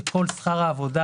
כאשר כל שכר העבודה